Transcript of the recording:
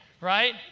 right